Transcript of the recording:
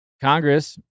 Congress